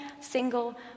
single